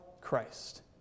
Christ